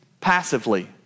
passively